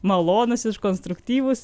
malonūs ir konstruktyvūs